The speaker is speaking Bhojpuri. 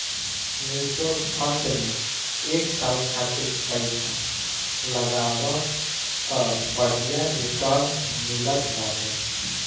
म्यूच्यूअल फंड में एक साल खातिर पईसा लगावअ तअ बढ़िया रिटर्न मिलत बाटे